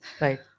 right